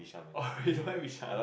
oh you don't like Bishan